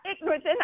ignorance